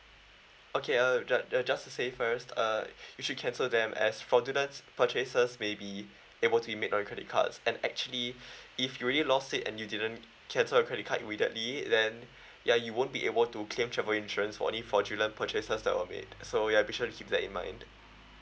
okay uh ju~ ju~ just to safe first uh you should cancel them as fraudulent purchases may be able to be made to your credit cards and actually if you really lost it and you didn't cancel your credit card immediately then ya you won't be able to claim travel insurance for any fraudulent purchases that were made so ya be sure to keep that in mind